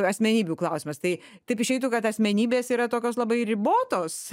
asmenybių klausimas tai taip išeitų kad asmenybės yra tokios labai ribotos